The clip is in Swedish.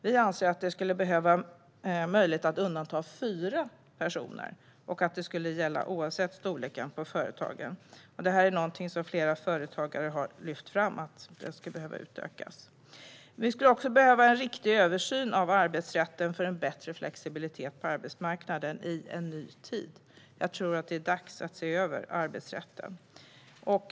Vi anser att det ska vara möjligt att undanta fyra personer och att det ska gälla oavsett storlek på företaget. Flera företagare har lyft fram att denna möjlighet skulle behöva utökas. Det skulle också behöva göras en riktig översyn av arbetsrätten för en bättre flexibilitet på arbetsmarknaden i en ny tid. Det är dags att se över arbetsrätten.